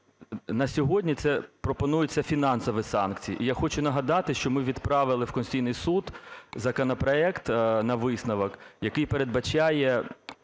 На сьогодні це пропонуються фінансові санкції. І я хочу нагадати, що ми відправили в Конституційний Суд законопроект на висновок, який передбачає